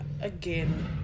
again